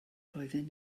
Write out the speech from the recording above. roedden